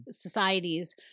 societies